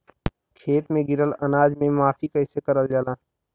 खेत में गिरल अनाज के माफ़ी कईसे करल जाला?